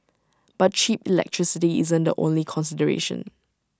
but cheap electricity isn't the only consideration